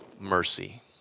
Mercy